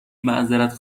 معذرت